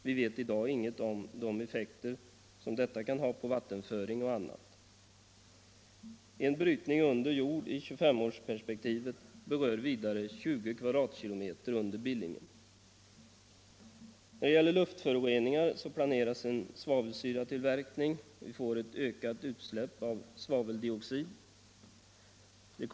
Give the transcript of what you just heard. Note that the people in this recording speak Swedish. Vi vet i dag ingenting om de effekter som detta kan ha på vattenföring och annat. En brytning under jord i perspektivet 25 år berör vidare 20 km? under Billingen. När det gäller luftföroreningarna kan nämnas att det planeras en svavelsyratillverkning som beräknas ge ett ökat utsläpp av svaveldioxid.